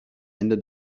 ende